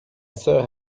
sœur